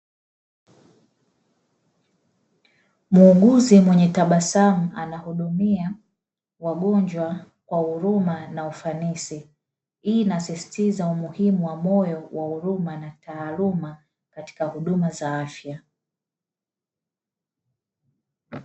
Muuguzi mwenye tabasamu anahudumia wagonjwa kwa huruma na ufanisi, hii inasisitiza umuhimu wa moyo wa huruma na taaluma katika huduma za afya.